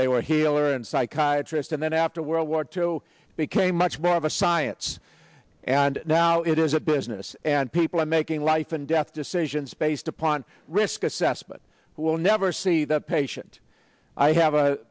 they were healer and psychiatry and then after world war two it became much more of a science and now it is a business and people are making life and death decisions based upon risk assessment who will never see that patient i have a